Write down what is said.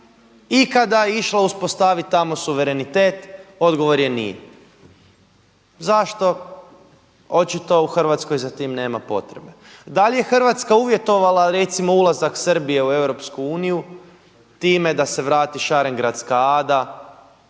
ikada išla uspostaviti tamo suverenitet odgovor je nije. Zašto? Očito u Hrvatskoj za tim nema potrebe. Da li je Hrvatska uvjetovala recimo ulazak Srbije u EU time da se vrati Šarengradska Ada